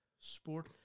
sport